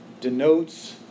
denotes